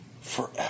forever